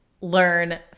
learn